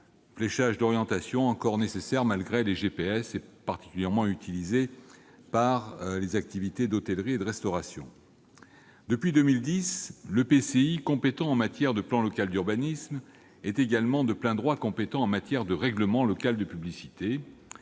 ce fléchage d'orientation, toujours nécessaire malgré les GPS, est particulièrement le fait des hôtels et des restaurants. Depuis 2010, l'EPCI, compétent en matière de plan local d'urbanisme, ou PLU, est également de plein droit compétent en matière de règlement local de publicité